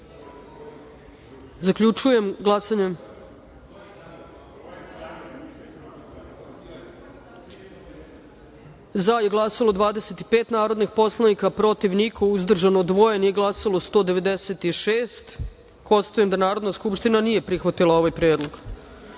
predlog. Zaključujem glasanje: za je glasalo – 25 narodnih poslanika, protiv - niko, uzdržano – dvoje, nije glasalo – 196.Konstatujem da Narodna skupština nije prihvatila ovaj